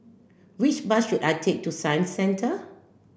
which bus should I take to Science Centre